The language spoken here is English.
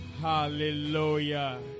Hallelujah